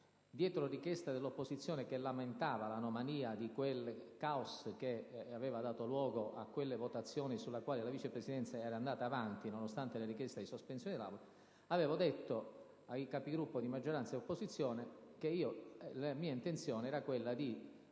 dietro richiesta dell'opposizione, che lamentava l'anomalia di quel caos che aveva dato luogo a quelle votazioni sulle quali la Presidenza era andata avanti nonostante le richieste di sospensione d'Aula, avevo detto ai Capigruppo di maggioranza e di opposizione che la mia intenzione era quella di